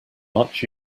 much